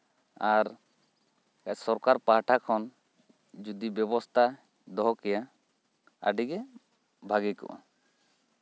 ᱟᱨ ᱥᱚᱨᱠᱟᱨ ᱯᱟᱦᱴᱟ ᱠᱷᱚᱱ ᱡᱚᱫᱤ ᱵᱮᱵᱚᱥᱛᱷᱟ ᱫᱚᱦᱚ ᱠᱮᱭᱟ ᱟᱹᱰᱤᱜᱮ ᱵᱷᱟᱹᱜᱤ ᱠᱚᱜᱼᱟ